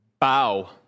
Bow